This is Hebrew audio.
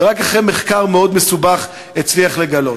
ורק אחרי מחקר מאוד מסובך הוא הצליח לגלות.